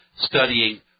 studying